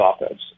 offense